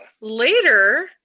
Later